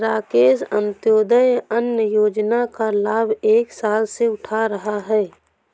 राकेश अंत्योदय अन्न योजना का लाभ एक साल से उठा रहा है